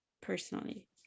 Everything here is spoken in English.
personally